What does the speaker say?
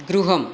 गृहम्